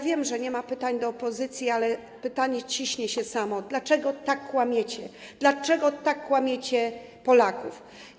Wiem, że nie ma pytań do opozycji, ale pytanie ciśnie się samo: Dlaczego tak kłamiecie, dlaczego tak okłamujecie Polaków?